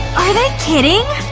are they kidding!